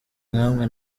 nkamwe